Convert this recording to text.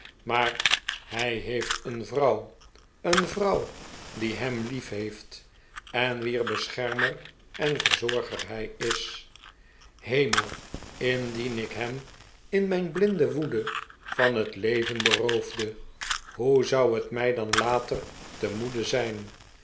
maar hij heeft een vrouw een vrouw die hem liefheeft en wier beschermer en verzorger hij is hemel indien ik hem in mijn blinde woede van het leven beroofde hoe zou het mij dan later te moede zijn